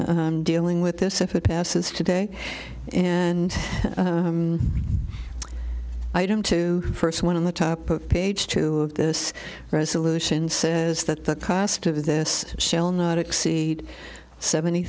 dealing with this if it passes today and item two first one on the top of page two of this resolution says that the cost of this shall not exceed seventy